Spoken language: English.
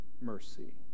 mercy